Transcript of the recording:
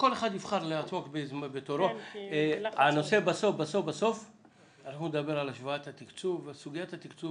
כל אחד יבחר בתורו כי הנושא בסוף הוא סוגיית התקצוב וההשוואה.